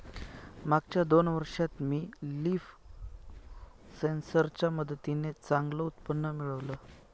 मागच्या दोन वर्षात मी लीफ सेन्सर च्या मदतीने चांगलं उत्पन्न मिळवलं